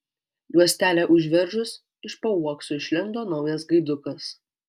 juostelę užveržus iš po uokso išlindo naujas gaidukas